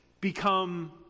become